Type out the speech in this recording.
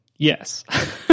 Yes